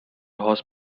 horse